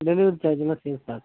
delivery சார்ஜ்லாம் சேர்த்து தான் சார்